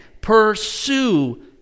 Pursue